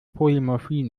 polymorphie